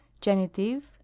genitive